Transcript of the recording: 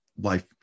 Life